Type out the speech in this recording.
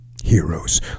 Heroes